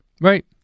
Right